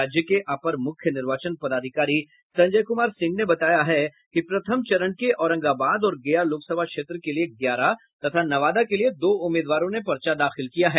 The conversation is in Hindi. राज्य के अपर मुख्य निर्वाचन पदाधिकारी संजय कुमार सिंह ने बताया है कि प्रथम चरण के औरंगाबाद और गया लोकसभा क्षेत्र के लिए ग्यारह तथा नवादा के लिए दो उम्मीदवारों ने पर्चा दाखिल किया है